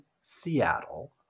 Seattle